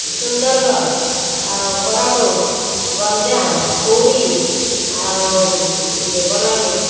ସୁନ୍ଦରଗଡ଼ ଆଉ କୋରାପୁଟ୍ ଗଞ୍ଜାମ ପୁରୀ ଆଉ ଇଏ ବଲାଙ୍ଗୀର